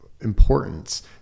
importance